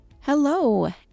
Hello